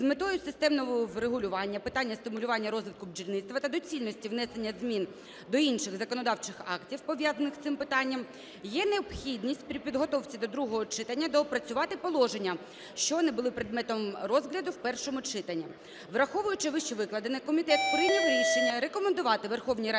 з метою системного врегулювання питання стимулювання розвитку бджільництва та доцільності внесення змін до інших законодавчих актів, пов'язаних з цим питанням, є необхідність при підготовці до другого читання доопрацювати положення, що не були предметом розгляду в першому читанні. Враховуючи вищевикладене, комітет прийняв рішення рекомендувати Верховній Раді